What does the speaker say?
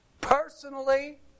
personally